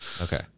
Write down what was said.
Okay